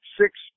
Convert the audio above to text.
six